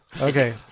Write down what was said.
Okay